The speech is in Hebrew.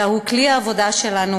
אלא הוא כלי העבודה שלנו.